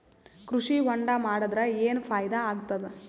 ಕೃಷಿ ಹೊಂಡಾ ಮಾಡದರ ಏನ್ ಫಾಯಿದಾ ಆಗತದ?